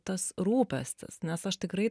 tas rūpestis nes aš tikrai